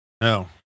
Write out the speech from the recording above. No